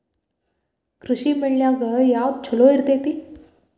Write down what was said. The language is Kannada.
ಕೃಷಿಮೇಳ ನ್ಯಾಗ ಯಾವ್ದ ಛಲೋ ಇರ್ತೆತಿ?